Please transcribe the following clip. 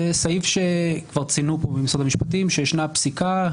זה סעיף שכבר ציינו פה במשרד המשפטים שישנה פסיקה,